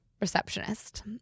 receptionist